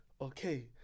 okay